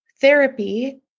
therapy